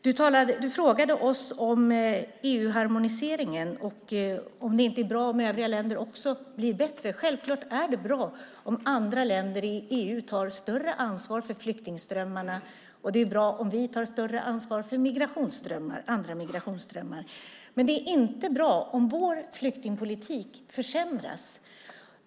Du frågade oss om EU-harmoniseringen och om det inte är bra om övriga länder också blir bättre. Självklart är det bra om andra länder i EU tar större ansvar för flyktingströmmarna och det är bra om vi tar större ansvar för andra migrationsströmmar. Men det är inte bra om vår flyktingpolitik försämras.